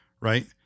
Right